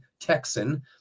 Texan